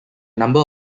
number